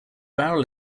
barrel